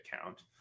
account